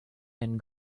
and